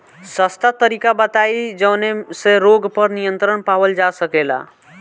सस्ता तरीका बताई जवने से रोग पर नियंत्रण पावल जा सकेला?